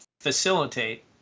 facilitate